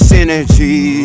Synergy